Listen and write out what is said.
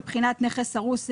מבחינת נכס הרוס,